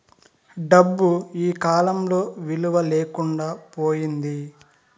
డబ్బు ఈకాలంలో విలువ లేకుండా పోయింది